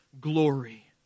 glory